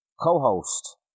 co-host